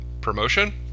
promotion